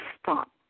stop